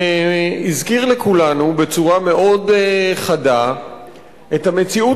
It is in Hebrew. שהזכיר לכולנו בצורה מאוד חדה את המציאות